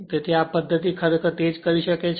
તેથી આ પદ્ધતિ ખરેખર ફક્ત તે જ કરી શકે છે